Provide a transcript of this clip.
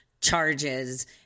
charges